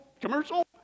commercial